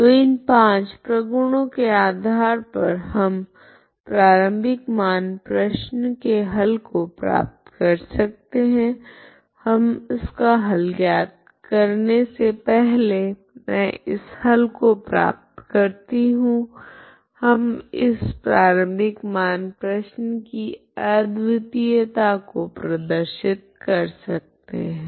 तो इन पाँच प्रगुणों के आधार पर हम प्रारम्भिक मान प्रश्न के हल को प्राप्त कर सकते है हम इसका हल ज्ञात करने से पहले मैं इस हल को प्राप्त करती हूँ हम इस प्रारम्भिक मान प्रश्न की अद्वितीयता को प्रदर्शित कर सकते है